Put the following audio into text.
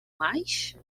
mais